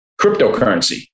cryptocurrency